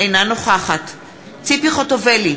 אינה נוכחת ציפי חוטובלי,